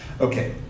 Okay